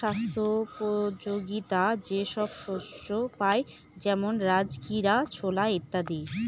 স্বাস্থ্যোপযোগীতা যে সব শস্যে পাই যেমন রাজগীরা, ছোলা ইত্যাদি